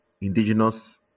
indigenous